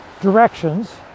directions